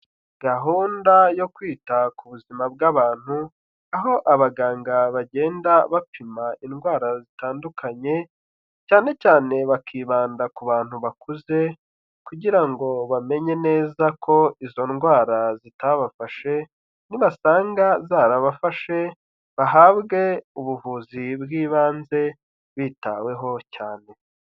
Gahunda yo kwita ku buzima bw'abantu, aho abaganga bagenda bapima indwara zitandukanye, cyane cyane bakibanda ku bantu bakuze, kugira ngo bamenye neza ko izo ndwara zitabafashe, nibasanga zarabafashe bahabwe ubuvuzi bw'ibanze bitaweho cyane.